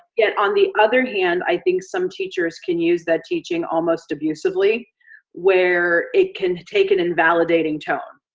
yet on the other hand, i think some teachers can use that teaching almost abusively where it can take an invalidating tone.